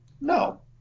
No